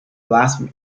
blasphemy